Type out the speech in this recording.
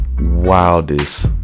wildest